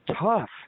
tough